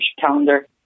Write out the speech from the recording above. calendar